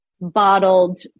bottled